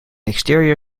exterior